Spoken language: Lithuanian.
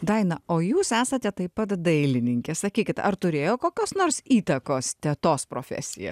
daina o jūs esate taip pat dailininkė sakykit ar turėjo kokios nors įtakos tetos profesija